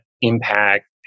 impact